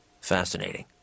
fascinating